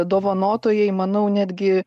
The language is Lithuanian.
dovanotojai manau netgi